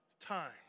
Time